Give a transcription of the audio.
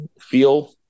feel